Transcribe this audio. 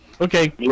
Okay